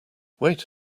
wait